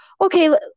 okay